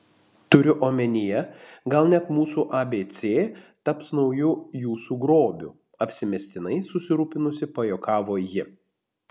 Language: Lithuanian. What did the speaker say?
turiu omenyje gal net mūsų abc taps nauju jūsų grobiu apsimestinai susirūpinusi pajuokavo ji